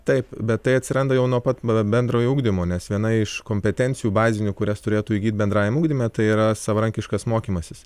taip bet tai atsiranda jau nuo pat ba bendrojo ugdymo nes viena iš kompetencijų bazinių kurias turėtų įgyt bendrajam ugdyme tai yra savarankiškas mokymasis